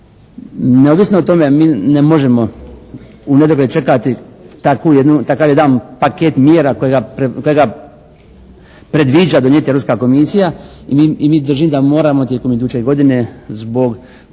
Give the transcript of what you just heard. Neovisno o tome, mi ne možemo u nedogled čekati takav jedan paket mjera kojega predviđa donijeti Europska komisija. I mi držim da moramo tijekom iduće godine zbog